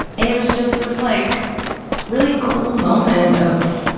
and it was just this like really cool moment of,